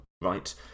right